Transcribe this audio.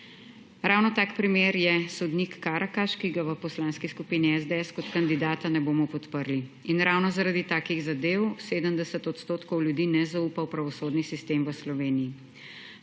Ravno tak primer je sodnik Karakaš, ki ga v Poslanski skupini SDS kot kandidata ne bomo podprli. In ravno zaradi takih zadev 70 % ljudi ne zaupa v pravosodni sistem v Sloveniji.